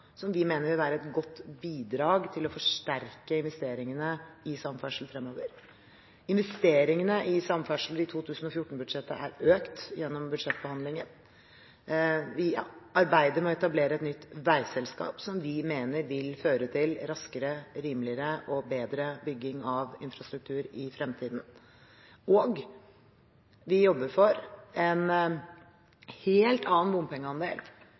som vi mener vil være et godt bidrag til å forsterke investeringene i samferdsel fremover. Investeringene i samferdsel i 2014-budsjettet er økt gjennom budsjettbehandlingen. Vi arbeider med å etablere et nytt veiselskap som vi mener vil føre til raskere, rimeligere og bedre bygging av infrastruktur i fremtiden, og vi jobber for en helt annen bompengeandel